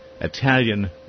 Italian